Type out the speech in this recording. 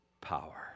power